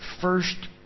first